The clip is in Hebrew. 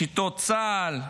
שיטות של צה"ל,